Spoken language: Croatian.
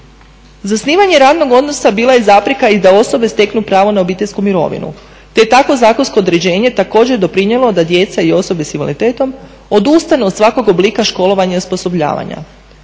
Zasnivanje radnog odnosa bila je zapreka i da osobe steknu pravo na obiteljsku mirovinu, te je tako zakonsko određenje također doprinijelo da djeca i osobe sa invaliditetom odustanu od svakog oblika školovanja i osposobljavanja.